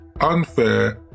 unfair